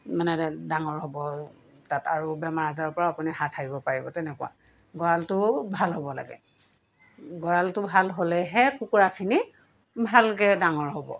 মানে ডাঙৰ হ'ব আৰু তাত আৰু বেমাৰ আজাৰৰ পৰা আপুনি হাত সাৰিব পাৰিব তেনেকুৱা গঁড়ালটো ভাল হ'ব লাগে গঁড়ালটো ভাল হ'লেহে কুকুৰাখিনি ভালকৈ ডাঙৰ হ'ব